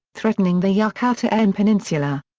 threatening the yucatan peninsula.